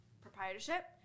proprietorship